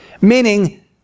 meaning